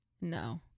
no